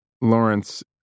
Lawrence